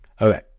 Okay